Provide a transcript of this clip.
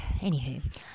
anywho